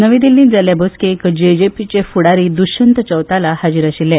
नवी दिल्लींत जाल्ले बसकेक जेजेपीचे फुडारी दृष्यंत चौताला हाजीर आशिल्ले